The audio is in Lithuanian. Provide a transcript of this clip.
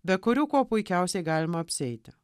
be kurių kuo puikiausiai galima apsieiti